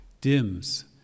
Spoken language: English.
dims